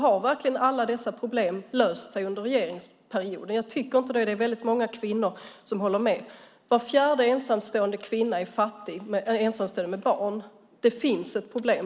Har verkligen alla dessa problem löst sig under regeringens period? Jag tycker inte det, och det är många kvinnor som håller med. Var fjärde ensamstående kvinna med barn är fattig. Det finns ett problem.